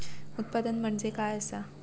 उत्पादन म्हणजे काय असा?